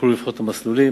יוכלו לבחור את המסלולים,